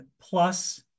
plus